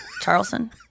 charleston